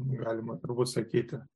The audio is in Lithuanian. galima sakyti